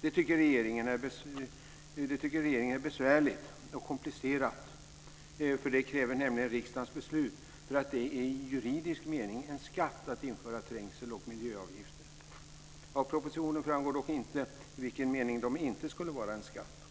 Det tycker regeringen är besvärligt och komplicerat. Det kräver nämligen ett riksdagsbeslut. Det är i juridisk mening en skatt att införa trängsel och miljöavgifter. Av propositionen framgår dock inte i vilken mening det inte skulle vara en skatt.